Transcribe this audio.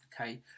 okay